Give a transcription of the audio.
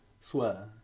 swear